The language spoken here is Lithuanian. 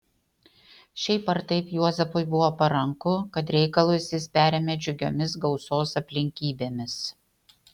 šiaip ar taip juozapui buvo paranku kad reikalus jis perėmė džiugiomis gausos aplinkybėmis